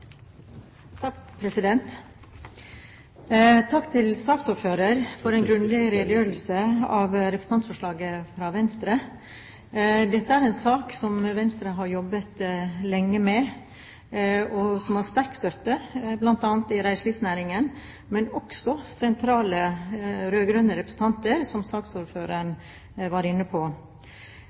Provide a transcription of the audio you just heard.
Takk til saksordføreren for en grundig redegjørelse av representantforslaget fra Venstre. Dette er en sak som Venstre har jobbet lenge med, og som har sterk støtte bl.a. i reiselivsnæringen, og fra sentrale rød-grønne representanter, som saksordføreren var inne på.